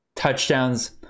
touchdowns